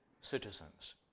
citizens